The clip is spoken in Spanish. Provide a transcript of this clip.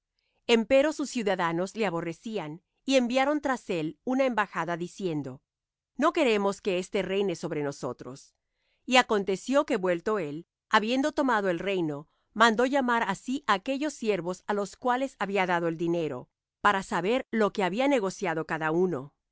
vengo empero sus ciudadanos le aborrecían y enviaron tras de él una embajada diciendo no queremos que éste reine sobre nosotros y aconteció que vuelto él habiendo tomado el reino mandó llamar á sí á aquellos siervos á los cuales había dado el dinero para saber lo que había negociado cada uno y